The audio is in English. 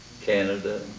Canada